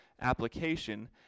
application